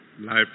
Life